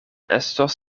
estos